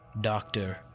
Doctor